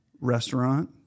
restaurant